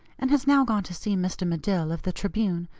and has now gone to see mr. medill, of the tribune,